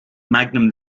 magnum